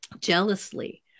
jealously